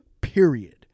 period